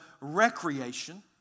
recreation